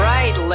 Right